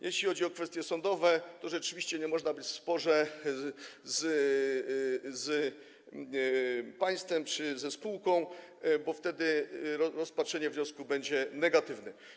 Jeśli chodzi o kwestie sądowe, to rzeczywiście nie można być w sporze z państwem czy ze spółką, bo wtedy rozpatrzenie wniosku będzie negatywne.